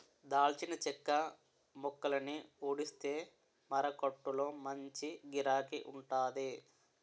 దాల్చిన చెక్క మొక్కలని ఊడిస్తే మారకొట్టులో మంచి గిరాకీ వుంటాది